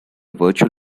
virtual